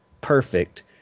perfect